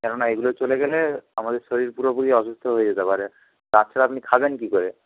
কেননা এগুলো চলে গেলে আমাদের শরীর পুরোপুরি অসুস্থ হয়ে যেতে পারে দাঁত ছাড়া আপনি খাবেন কী করে